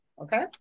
okay